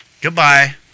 goodbye